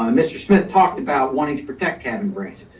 um mr. smith talked about wanting to protect kevin branch.